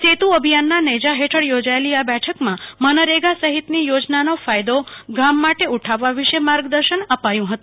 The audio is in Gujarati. સેતુ અભિયાનના નેજા હેઠળ યોજાયેલી આ બેઠકમાં મનરેગા સહિતની યોજનાનો ફાયદો ગામ માટે ઉઠાવવા વિષે માર્ગદર્શન અપાયું હતું